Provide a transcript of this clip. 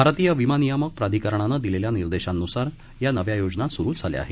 भारतीय विमा नियामक प्राधिकरणाने दिलेल्या निर्देशान्सार या नव्या योजना स्रु केल्या आहेत